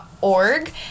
Org